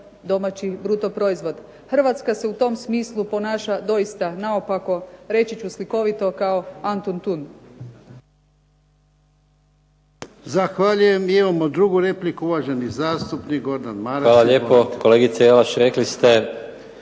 Hrvatska se u tom smislu ponaša dosita naopako, reći ću slikovito kao Antuntun.